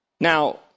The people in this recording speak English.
Now